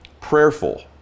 prayerful